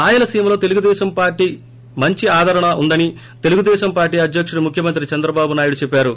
రాయల సీమలో తెలుగుదేశం పార్టీకి మంచి ఆదరణ ఉందని తెలుగుదేశం పార్టి అధ్యకుడు ముఖ్యమంత్రి చంద్రబాబు నాయుడు చెప్పారు